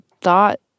thought